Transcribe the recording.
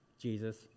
Jesus